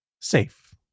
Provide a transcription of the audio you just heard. safe